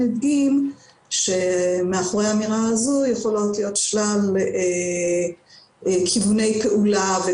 הדגים שמאחורי האמירה הזו יכולות להיות שלל כיווני פעולה.